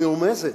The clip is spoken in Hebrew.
מרומזת.